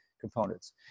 components